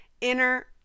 inner